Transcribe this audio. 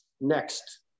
Next